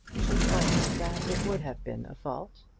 she owned that it would have been a fault.